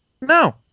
No